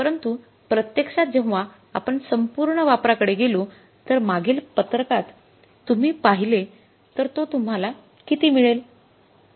परंतु प्रत्यक्षात जेव्हा आपण संपूर्ण वापरा कडे गेलो तर मागील पत्रकात तुम्ही पहिले तर तो तुम्हाला किती मिळेल